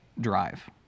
drive